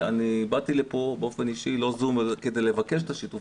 באתי באופן אישי ולא בזום כדי לבקש את שיתוף